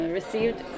received